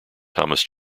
thomas